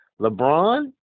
LeBron